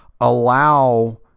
allow